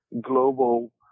global